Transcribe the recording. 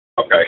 Okay